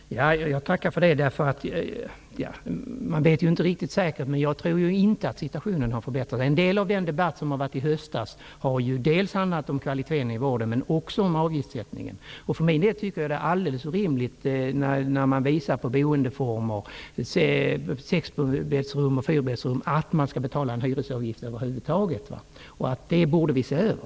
Herr talman! Jag tackar för det tillägget. Man vet ju inte riktigt säkert hur det är. Jag tror i alla fall inte att situationen har förbättrats. Till en del har ju den debatt som förts under hösten handlat dels om kvaliteten i vården, dels om avgiftssättningen. Jag för min del tycker att det är helt orimligt när det gäller boendeformerna, t.ex. sex och fyrbäddsrum, att över huvud taget betala en hyresavgift. Den frågan borde vi se över.